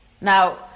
Now